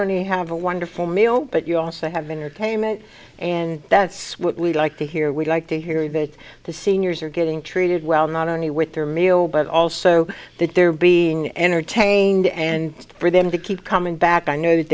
only have a wonderful meal but you also have entertainment and that's what we like to hear we'd like to hear that the seniors are getting treated well not only with their meal but also that they're being entertained and for them to keep coming back i know that